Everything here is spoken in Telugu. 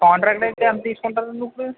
కాంట్రాక్టు అయితే ఎంత తీసుకుంటారండీ ఇప్పుడు